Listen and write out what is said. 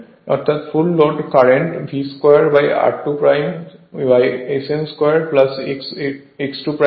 অর্থাৎ full load current V 2r2Sfl 2 x 22 হয়